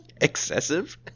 excessive